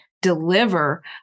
deliver